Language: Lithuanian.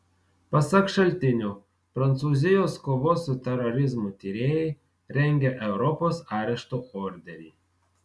pasak šaltinio prancūzijos kovos su terorizmu tyrėjai rengia europos arešto orderį